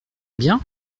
bien